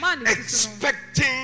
expecting